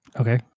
Okay